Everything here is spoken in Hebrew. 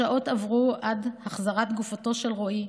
השעות עברו עד החזרת גופתו של רועי,